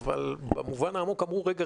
במובן העמוק אמרו: רגע,